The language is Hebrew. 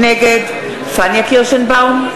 נגד פניה קירשנבאום,